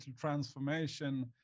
transformation